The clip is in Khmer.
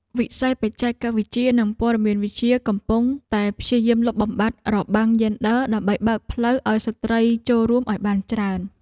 វិស័យបច្ចេកវិទ្យានិងព័ត៌មានវិទ្យាកំពុងតែព្យាយាមលុបបំបាត់របាំងយេនឌ័រ ដើម្បីបើកផ្លូវឱ្យស្ត្រីចូលរួមឱ្យបានច្រើន។